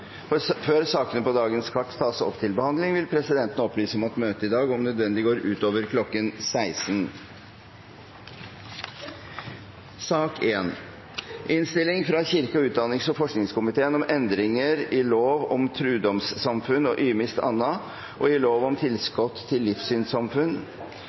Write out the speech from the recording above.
for denne ukens møter. Før sakene på dagens kart tas opp til behandling, vil presidenten opplyse om at møtet i dag om nødvendig går utover kl. 16. Vi har i denne salen debattert flere saker knyttet til Den norske kirke og skillet mellom Den norske kirke og staten. Fra 1. januar 2017 opprettes Den norske kirke